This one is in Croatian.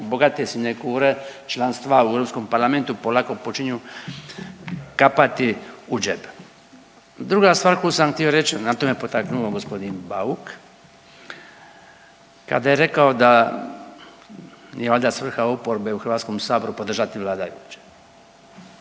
bogate sinekure članstva u Europskom parlamentu polako počinju kapati u džep. Druga stvar koju sam htio reći, na to me potaknuo gospodin Bauk kada je rekao da nije valjda svrha oporbe u Hrvatskom saboru podržati vladajuće